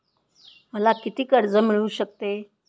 मला किती कर्ज मिळू शकते?